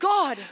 God